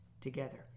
together